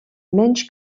menys